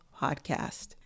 podcast